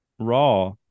raw